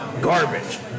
garbage